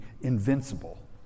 invincible